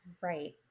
Right